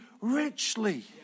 richly